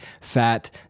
fat